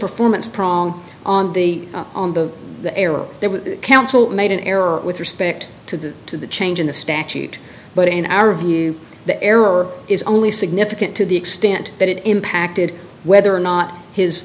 performance prong on the on the error there were counsel made an error with respect to the to the change in the statute but in our view the error is only significant to the extent that it impacted whether or not his